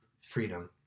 freedom